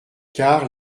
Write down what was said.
car